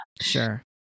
sure